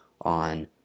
on